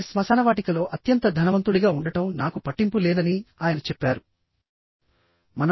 కానీ స్మశానవాటికలో అత్యంత ధనవంతుడిగా ఉండటం నాకు పట్టింపు లేదని ఆయన చెప్పారు